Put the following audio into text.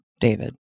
David